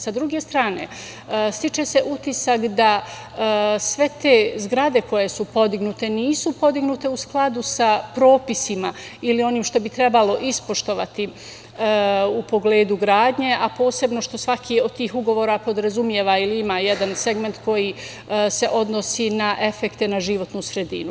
Sa druge strane, stiče se utisak da sve te zgrade koje su podignute nisu podignute u skladu sa propisima ili onim što bi trebalo ispoštovati u pogledu gradnje, a posebno što svaki od tih ugovora podrazumeva ili ima jedan segment koji se odnosi na efekte na životnu sredinu.